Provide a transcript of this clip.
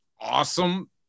awesome